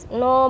no